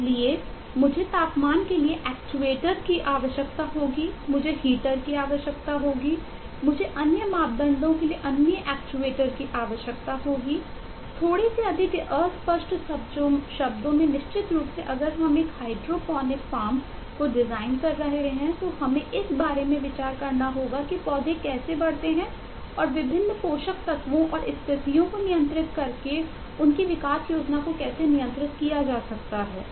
इसलिए मुझे तापमान के लिए एक्चुएटरों योजनाएं हैं जो हम तय करेंगे कि पौधों को कैसे विकसित किया जा सकता है